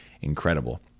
incredible